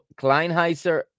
Kleinheiser